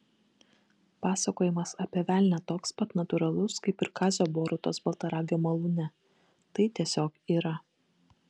pasakojimas apie velnią toks pat natūralus kaip ir kazio borutos baltaragio malūne tai tiesiog yra